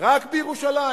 לא בחוק נישואים אזרחיים.